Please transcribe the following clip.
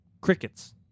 Crickets